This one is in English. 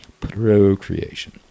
procreation